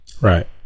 right